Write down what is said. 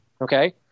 okay